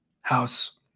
House